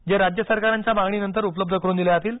जे राज्य सरकारांच्या मागणीनंतर उपलब्ध करून दिले जातील